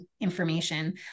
information